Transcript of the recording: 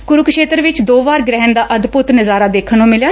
ਕਰੁਕਸ਼ੇਤਰ ਵਿੱਚ ਦੋ ਵਾਰ ਗੁਹਿਣ ਦਾ ਅਦਭੁਤ ਨਜਾਰਾ ਦੇਖਣ ਨੰ ਮਿਲਿਆ